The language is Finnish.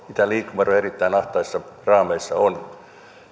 mitä liikkumavaroja erittäin ahtaissa raameissa on